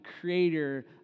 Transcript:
creator